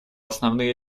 основные